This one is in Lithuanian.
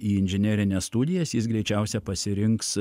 į inžinerines studijas jis greičiausiai pasirinks